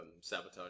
Sabotage